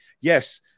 yes